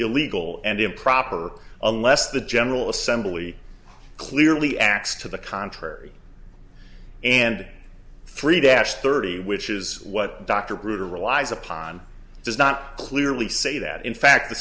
illegal and improper unless the general assembly clearly acts to the contrary and three dash thirty which is what dr brewer relies upon does not clearly say that in fact the